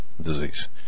disease